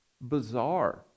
bizarre